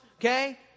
Okay